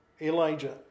Elijah